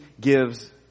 gives